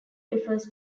refers